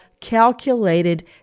calculated